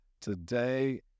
today